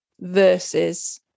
versus